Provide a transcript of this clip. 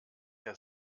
der